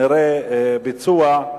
נראה ביצוע,